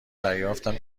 دریافتم